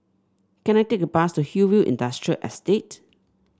can I take a bus to Hillview Industrial Estate